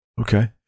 Okay